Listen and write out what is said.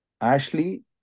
Ashley